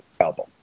album